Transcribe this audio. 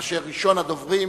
כאשר ראשון הדוברים,